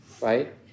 right